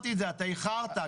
אתה איחרת.